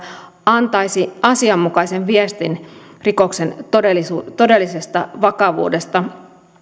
antaisi asianmukaisen viestin rikoksen todellisesta todellisesta vakavuudesta